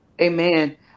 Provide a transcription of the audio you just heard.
amen